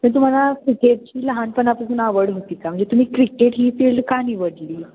पण तुम्हाला क्रिकेटची लहानपणापासून आवड होती का म्हणजे तुम्ही क्रिकेट ही फील्ड का निवडली